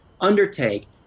undertake